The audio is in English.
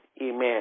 amen